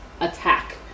Attack